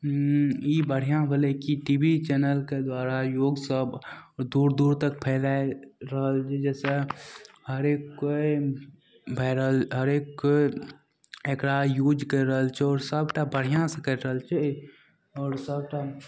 ई बढ़िआँ होलै कि टी वी चैनलके द्वारा योग सब दूर दूर तब फैलै रहल अइ जाहिसे हरेक कोइ वाइरल हरेक होइ एकरा यूज करि रहल छै आओर सभटा बढ़िआँसे करि रहल छै आओर सभटा